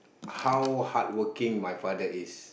how hardworking my father is